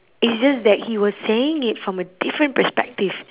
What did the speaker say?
it's just that he was saying it from a different perspective